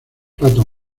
platos